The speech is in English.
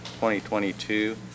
2022